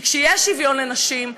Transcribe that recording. כי כשיהיה שוויון לנשים,